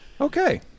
Okay